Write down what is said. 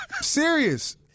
Serious